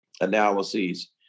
analyses